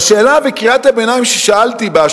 והשאלה ששאלתי בקריאת הביניים באשר